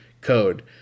code